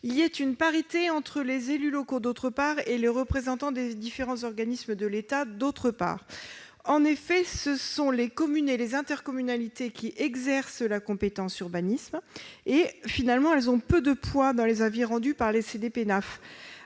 une parité entre les élus locaux, d'une part, et les représentants des différents organismes et de l'État, d'autre part. En effet, si les communes et les intercommunalités exercent la compétence en matière d'urbanisme, dans les faits, elles ont peu de poids dans les avis rendus par les CDPENAF.